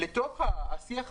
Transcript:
לתוך השיח הזה,